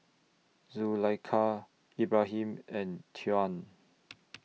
Zulaikha Ibrahim and Tuah